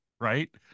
right